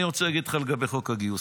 אני רוצה להגיד לך לגבי חוק הגיוס,